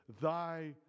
thy